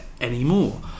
anymore